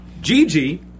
Gigi